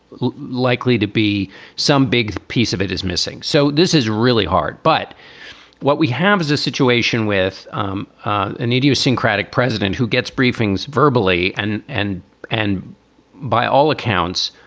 likely to be some big piece of it is missing. so this is really hard. but what we have is a situation with um an idiosyncratic president who gets briefings verbally and and and by all accounts,